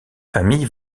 famille